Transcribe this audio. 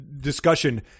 discussion